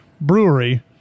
Brewery